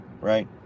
right